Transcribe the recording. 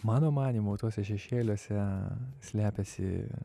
mano manymu tuose šešėliuose slepiasi